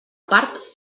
part